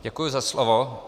Děkuji za slovo.